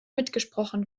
mitgesprochen